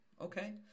okay